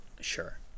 Sure